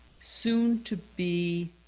soon-to-be